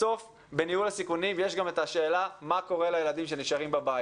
בסוף בניהול הסיכונים יש גם את השאלה מה קורה לילדים שנשארים בבית.